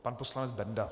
Pan poslanec Benda.